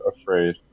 afraid